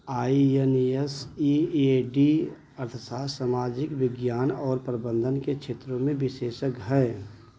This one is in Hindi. I N S E A D अर्थशास्त्र सामाजिक विज्ञान और प्रबंधन के क्षेत्रों में विशेषज्ञ है